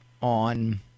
on